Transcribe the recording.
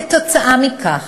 כתוצאה מכך